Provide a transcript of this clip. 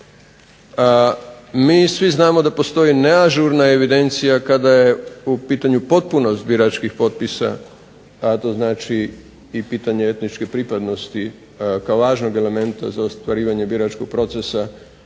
mi svi znamo da postoji neažurna evidencija kada je u pitanju potpunost biračkih potpisa a to znači i pitanje etničke pripadnosti kao važnog elementa za ostvarivanje biračkog procesa